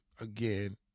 again